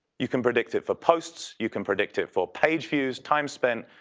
you can predict it for posts. you can predict it for page views. time spent,